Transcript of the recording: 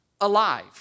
alive